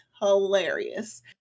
hilarious